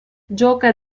gioca